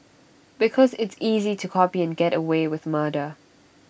because it's easy to copy and get away with murder